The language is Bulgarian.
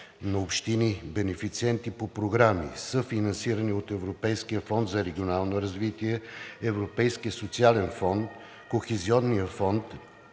на общини – бенефициенти по програми, съфинансирани от Европейския фонд за регионално развитие, Европейския социален фонд, Кохезионния фонд,